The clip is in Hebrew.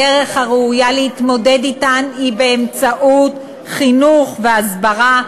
הדרך הראויה להתמודד אתן היא באמצעות חינוך והסברה,